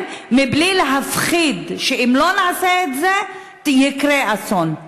בלי להפחיד שאם לא נעשה את זה יקרה אסון.